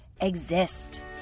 exist